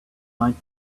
might